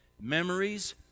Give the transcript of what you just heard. Memories